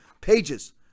pages